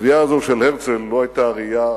הקביעה הזאת של הרצל לא היתה ראייה